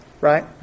Right